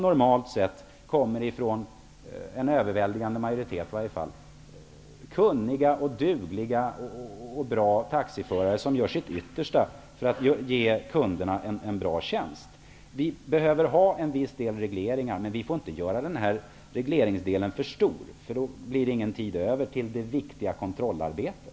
Normalt sett kommer dessa ifrån den överväldigande majoritet som består av kunniga, dugliga och bra taxiförare som gör sitt yttersta för att ge kunderna bra tjänster. Vi behöver ett visst mått av regleringar, men det får inte bli för mycket. Då blir det ingen tid över till det viktiga kontrollarbetet.